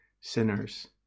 sinners